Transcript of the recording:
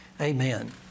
Amen